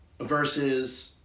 versus